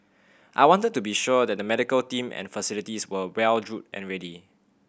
I wanted to be sure that the medical team and facilities were well drilled and ready